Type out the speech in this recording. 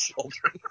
children